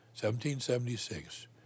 1776